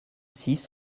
six